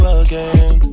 again